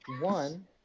one